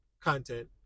content